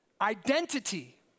identity